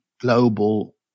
global